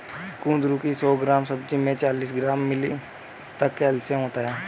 कुंदरू की सौ ग्राम सब्जी में चालीस मिलीग्राम तक कैल्शियम होता है